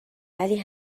ولی